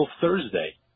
Thursday